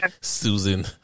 Susan